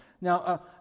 Now